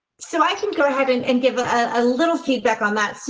so, i can go ahead and and give ah a little feedback on that. so